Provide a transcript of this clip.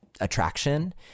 attraction